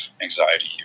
anxiety